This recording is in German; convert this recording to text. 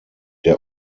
der